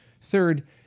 Third